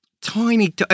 tiny